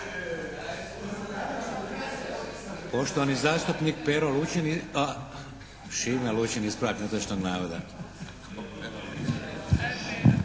Poštovani zastupnik Pero Lučin, Šime Lučin, ispravak netočnog navoda.